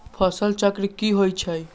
फसल चक्र की होइ छई?